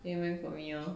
then you make for me lor